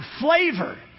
flavor